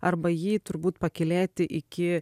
arba jį turbūt pakylėt iki